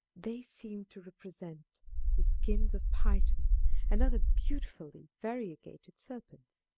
they seemed to represent the skins of pythons and other beautifully variegated serpents.